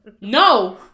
No